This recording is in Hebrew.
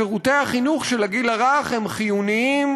שירותי החינוך של הגיל הרך הם חיוניים,